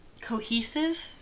cohesive